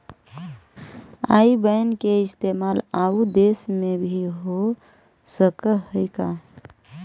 आई बैन के इस्तेमाल आउ देश में भी हो सकऽ हई का?